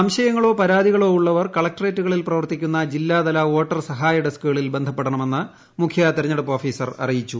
സംശയങ്ങളോ പരാതികളോ കളക്ടറേറ്റുകളിൽ ഉള്ളവർ പ്രവർത്തിക്കുന്ന ജില്ലാതല വോട്ടർ സഹായ ഡെസ്കുകളിൽ ബന്ധപ്പെടണമെന്ന് മുഖ്യ തിരഞ്ഞെടുപ്പ് ഓഫീസർ അറിയിച്ചു